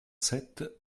sept